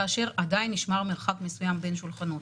כאשר עדיין נשמר מרחק מסוים בין השולחנות.